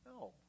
no